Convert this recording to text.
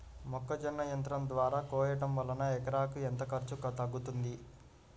మొక్కజొన్న యంత్రం ద్వారా కోయటం వలన ఎకరాకు ఎంత ఖర్చు తగ్గుతుంది?